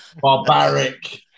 barbaric